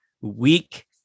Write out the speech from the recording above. weak